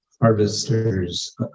harvesters